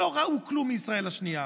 שלא ראו כלום מישראל השנייה.